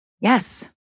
Yes